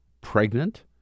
pregnant